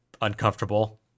uncomfortable